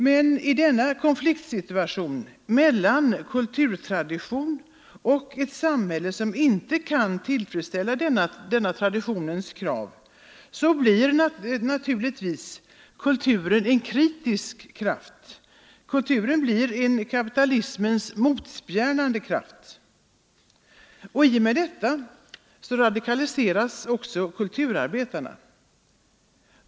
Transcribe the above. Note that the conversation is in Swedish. Men i denna konfliktsituation mellan kulturtradition och ett samhälle som inte kan tillfredsställa denna traditions krav blir kulturen naturligtvis en kritisk kraft — kulturen blir en kapitalismens motspjärnande kraft. Och i och med detta radikaliseras kulturarbetarna.